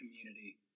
Community